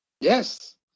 yes